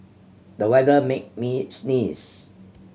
the weather made me sneeze